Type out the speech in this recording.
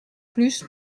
plus